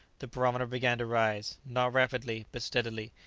the barometer began to rise, not rapidly, but steadily,